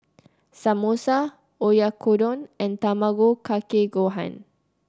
Samosa Oyakodon and Tamago Kake Gohan